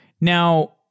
Now